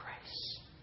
grace